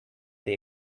they